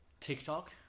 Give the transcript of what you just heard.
TikTok